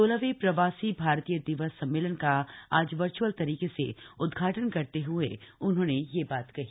सोलहवें प्रवासी भारतीय दिवस सम्मेलन का आज वर्च्अल तरीके से उद्घाटन करते हुए उन्होंने यह बात कही